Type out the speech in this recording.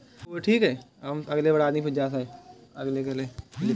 पोषक तत्व प्रबंधन हेतु ही विशेष पाठ्यक्रम चलाया जाता है